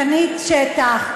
קנית שטח,